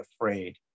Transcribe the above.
afraid